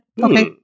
Okay